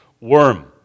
worm